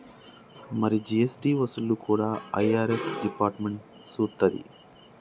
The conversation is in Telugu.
మరి జీ.ఎస్.టి వసూళ్లు కూడా ఐ.ఆర్.ఎస్ డిపార్ట్మెంట్ సూత్తది